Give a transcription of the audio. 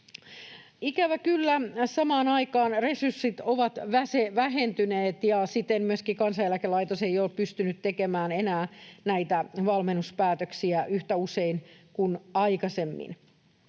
Ikävä kyllä samaan aikaan resurssit ovat vähentyneet, ja siten myöskään Kansaneläkelaitos ei ole pystynyt tekemään enää näitä valmennuspäätöksiä yhtä usein kuin aikaisemmin.